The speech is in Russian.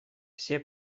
все